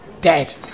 dead